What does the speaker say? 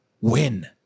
Win